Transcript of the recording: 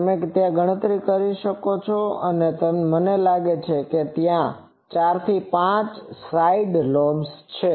તમે હંમેશાં ગણતરી કરી શકો છો મને લાગે છે કે ત્યાં 4 5 સાઇડ લોબ્સ છે